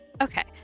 Okay